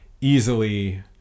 easily